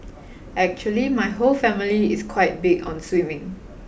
actually my whole family is quite big on swimming